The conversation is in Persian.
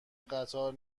قطار